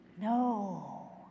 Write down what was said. No